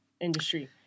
industry